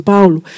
Paulo